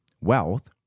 wealth